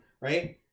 right